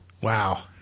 Wow